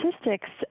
statistics